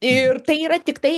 ir tai yra tiktai